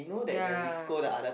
ya